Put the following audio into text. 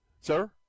sir